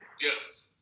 Yes